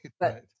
right